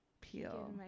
Peel